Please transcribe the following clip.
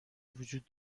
وجود